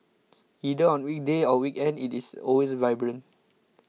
either on weekday or weekend it is always vibrant